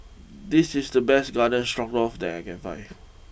this is the best Garden Stroganoff that I can find